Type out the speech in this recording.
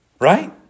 Right